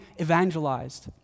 evangelized